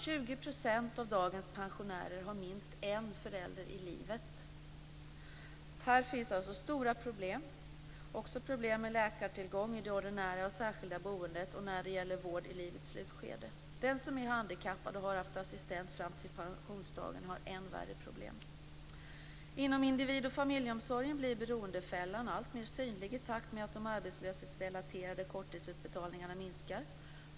20 % av dagens pensionärer har minst en förälder i livet. Här finns alltså stora problem och också problem med läkartillgång i det ordinära och särskilda boendet och när det gäller vård i livets slutskede. Den som är handikappad och har haft assistent fram till pensionsdagen har än värre problem. Inom individ och familjeomsorgen blir beroendefällan alltmer synlig i takt med att de arbetslöshetsrelaterade korttidsutbetalningarna minskar.